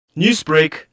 Newsbreak